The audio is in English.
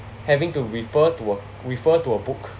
having to refer to a refer to a book